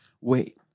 Wait